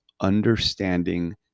understanding